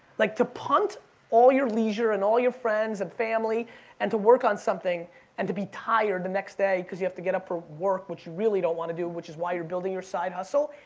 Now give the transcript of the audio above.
like to punt all your leisure and all your friends and family and to work on something and to be tired the next day cause you have to get up for work which you really don't want to do which is why you're building your side hustle.